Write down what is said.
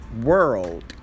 World